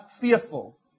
fearful